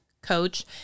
coach